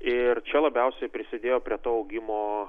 ir čia labiausiai prisidėjo prie to augimo